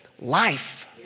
life